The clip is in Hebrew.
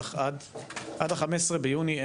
עד ה-15 ביוני,